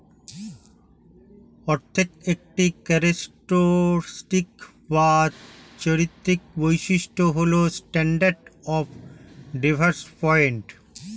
অর্থের একটি ক্যারেক্টারিস্টিক বা চারিত্রিক বৈশিষ্ট্য হল স্ট্যান্ডার্ড অফ ডেফার্ড পেমেন্ট